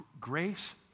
grace